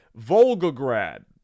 Volgograd